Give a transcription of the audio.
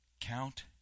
Count